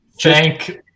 Thank